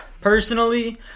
personally